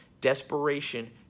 desperation